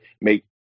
make